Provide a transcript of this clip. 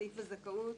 סעיף הזכאות